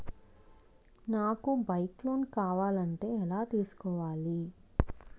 నాకు bike loan కావాలంటే ఎలా తీసుకోవాలి?